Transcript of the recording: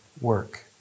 work